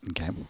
Okay